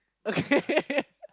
okay